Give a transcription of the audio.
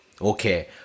okay